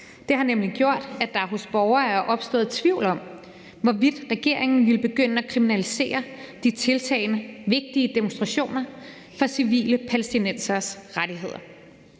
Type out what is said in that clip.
Den har nemlig gjort, at der hos borgere er opstået tvivl om, hvorvidt regeringen ville begynde at kriminalisere de tiltagende vigtige demonstrationer for civile palæstinenseres rettigheder.